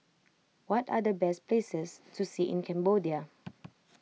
what are the best places to see in Cambodia